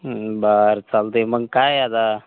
बरं चालते मग काय आता